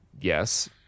yes